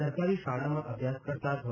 સરકારી શાળામાં અભ્યાસ કરતા ધો